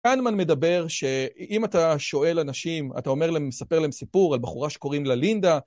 כהנמן מדבר שאם אתה שואל אנשים, אתה אומר להם, מספר להם סיפור על בחורה שקוראים לה לינדה.